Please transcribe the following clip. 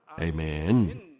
Amen